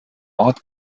ort